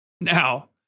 Now